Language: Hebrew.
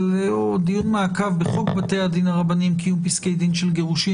אבל הוא דיון מעקב בחוק בתי הדין הרבניים (קיום פסקי דין של גירושין),